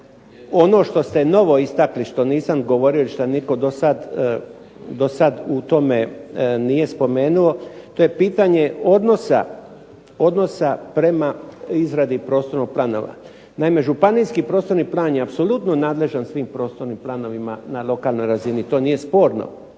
ono što ste novo istakli što nisam govorio ili što nikad do sad u tome nije spomenuo to je pitanje odnosa prema izradi prostornih planova. Naime, županijski prostorni plan je apsolutno nadležan svim prostornim planovima na lokalnoj razini. To nije sporno